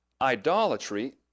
idolatry